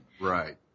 Right